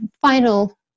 final